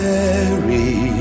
Mary